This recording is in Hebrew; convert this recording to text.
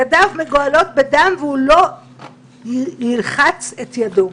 ידיו מגואלות בדם והוא לא ילחץ את ידו.